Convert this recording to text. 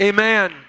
Amen